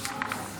חבר הכנסת